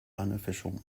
unofficial